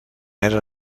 era